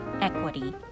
equity